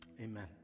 Amen